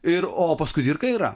ir o pas kudirką yra